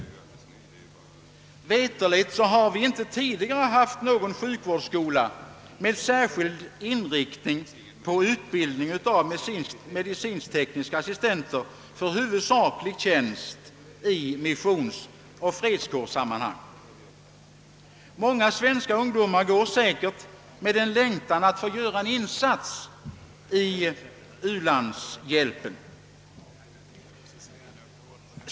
Mig veterligt har vi inte tidigare haft någon sjukvårdsskola med särskild inriktning på utbildning av medicinskttekniska assistenter för huvudskalig tjänstgöring i missionsoch fredskårssammanhang. Många svenska ungdomar går säkert med en längtan att få göra en insats i u-hjälpen.